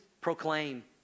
proclaim